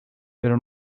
pero